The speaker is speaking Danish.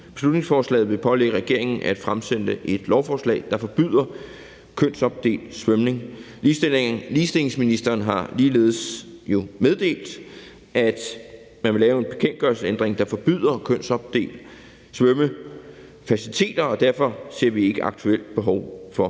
beslutningsforslaget vil pålægge regeringen at fremsætte et lovforslag, der forbyder kønsopdelt svømning. Ligestillingsministeren har jo ligeledes meddelt, at man vil lave en bekendtgørelsesændring, der forbyder kønsopdelte svømmefaciliteter, og derfor ser vi ikke aktuelt behov for